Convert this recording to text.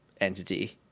entity